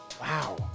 Wow